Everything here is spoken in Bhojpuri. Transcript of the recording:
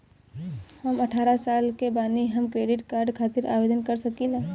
हम अठारह साल के बानी हम क्रेडिट कार्ड खातिर आवेदन कर सकीला?